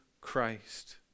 Christ